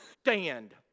stand